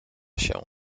się